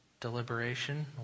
deliberation